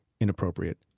inappropriate